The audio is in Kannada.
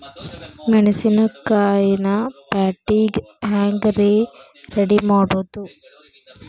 ಮೆಣಸಿನಕಾಯಿನ ಪ್ಯಾಟಿಗೆ ಹ್ಯಾಂಗ್ ರೇ ರೆಡಿಮಾಡೋದು?